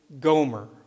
Gomer